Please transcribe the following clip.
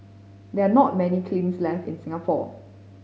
there are not many kilns left in Singapore